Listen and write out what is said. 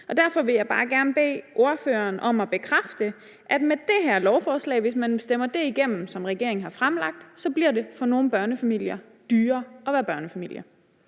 Derfor vil jeg bare gerne bede ordføreren om at bekræfte, at med det her lovforslag – hvis man stemmer det, som regeringen har fremlagt, igennem – bliver det for nogle børnefamilier dyrere at være børnefamilie.